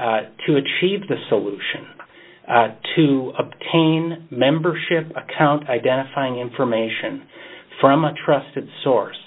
required to achieve the solution to obtain membership account identifying information from a trusted source